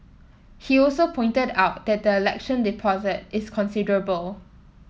he also pointed out that the election deposit is considerable